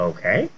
Okay